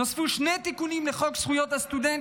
נוספו שני תיקונים לחוק זכויות הסטודנט